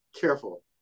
Careful